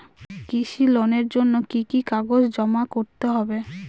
কৃষি লোনের জন্য কি কি কাগজ জমা করতে হবে?